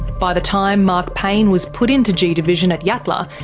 by the time mark payne was put into g division at yatala,